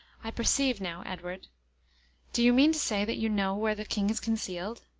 i perceive now, edward do you mean to say that you know where the king is concealed?